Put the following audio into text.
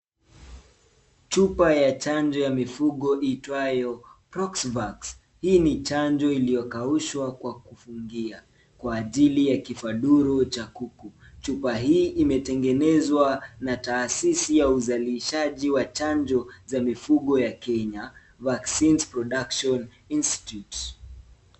Chupa ya chanjo ya mifugo iitwayo poxvax hii ni chanjo iliyokaushwa kwa kufungia kwa ajili ya kifaduru cha kuku, chupa hii imetengenezwa na taasisi ya uzalishaji wa chanjo za mifungo ya Kenya, Vaccine production Institute